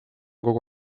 kogu